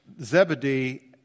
Zebedee